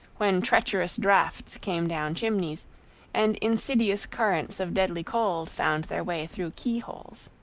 when treacherous drafts came down chimneys and insidious currents of deadly cold found their way through key-holes.